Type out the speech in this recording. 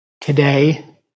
today